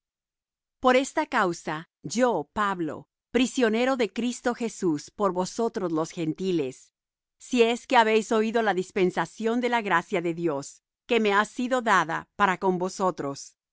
por esta causa yo pablo prisionero de cristo jesús por vosotros los gentiles si es que habéis oído la dispensación de la gracia de dios que me ha sido dada para con vosotros